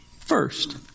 first